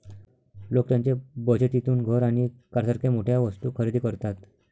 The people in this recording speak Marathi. लोक त्यांच्या बचतीतून घर आणि कारसारख्या मोठ्या वस्तू खरेदी करतात